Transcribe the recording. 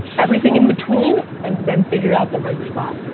everything in between and then figure out the right spot.